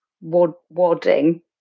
wadding